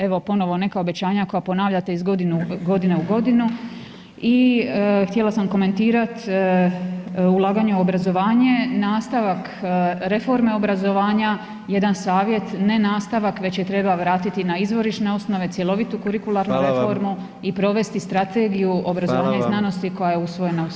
Evo, ponovno neka obećanja koja ponavljate iz godine u godinu i htjela sam komentirati ulaganje u obrazovanje, nastavak reforme obrazovanja, jedan savjet, ne nastavak već je treba vratiti na izvorišne osnove, cjelovitu kurikularnu [[Upadica: Hvala vam.]] reformu i provesti strategiju obrazovanja i znanosti [[Upadica: Hvala vam.]] koja je usvojena u Saboru.